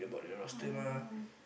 no I don't know